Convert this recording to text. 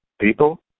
people